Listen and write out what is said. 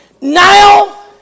Now